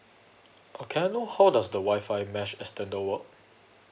oh can I know how does the Wi-Fi mesh extender work